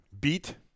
beat